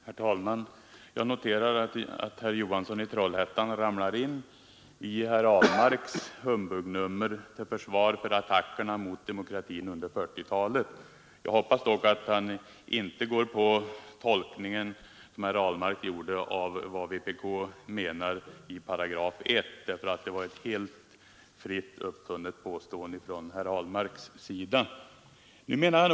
Herr talman! Jag noterar att herr Johansson i Trollhättan ramlar in i herr Ahlmarks humbugnummer till försvar för attackerna mot demokratin under 1940-talet. Jag hoppas dock att han inte går på den tolkning som herr Ahlmark gjorde av vad vpk menar i § 1, för det var ett helt fritt uppfunnet påstående av herr Ahlmark.